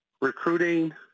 recruiting